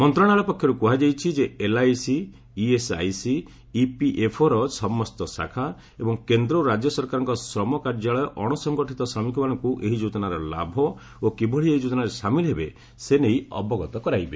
ମନ୍ତ୍ରଣାଳୟ ପକ୍ଷରୁ କୁହାଯାଇଛି ଯେ ଏଲ୍ଆଇସି ଇଏସ୍ଆଇସି ଏବଂ ଇପିଏଫ୍ଓଫର ସମସ୍ତ ଶାଖା ଏବଂ କେନ୍ଦ୍ର ଓ ରାଜ୍ୟ ସରକାରଙ୍କ ଶ୍ରମ କାର୍ଯ୍ୟାଳୟ ଅଣସଂଗଠିତ ଶ୍ରମିକମାନଙ୍କୁ ଏହି ଯୋଜନାର ଲାଭ ଓ କିଭଳି ଏହି ଯୋଜନାରେ ସାମିଲ ହେବେ ସେ ନେଇ ଅବଗତ କରାଇବେ